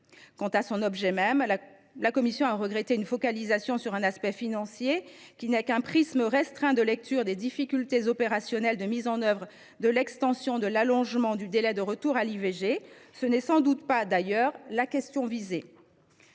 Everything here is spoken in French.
même du texte, la commission regrette sa focalisation sur un aspect financier, qui n’est qu’un prisme restreint de lecture des difficultés opérationnelles de mise en œuvre de l’extension de l’allongement du délai de recours à l’IVG. Tel n’est sans doute pas, d’ailleurs, le problème visé.